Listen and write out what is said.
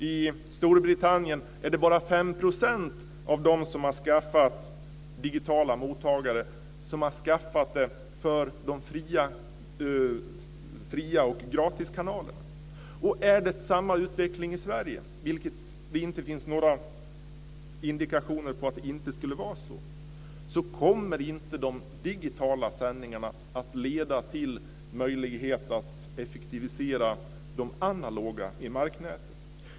I Storbritannien är det bara 5 % av dem som har skaffat digitala mottagare som har gjort det för gratiskanalerna. Är det samma utveckling i Sverige - vilket det inte finns indikationer på att det inte skulle vara - kommer inte de digitala sändningarna att leda till en möjlighet att effektivisera de analoga sändningarna i marknätet.